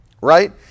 right